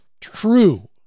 true